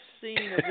seen